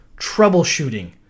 troubleshooting